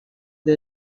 the